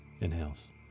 inhales